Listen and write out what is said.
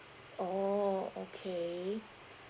oh okay